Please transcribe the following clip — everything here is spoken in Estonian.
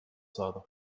saada